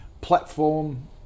platform